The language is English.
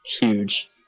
huge